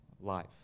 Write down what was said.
life